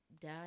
die